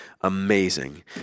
amazing